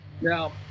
Now